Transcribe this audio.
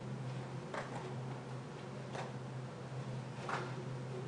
אשמח לאפשר לשונית שהיא חולה צעירה גרורתית לומר כמה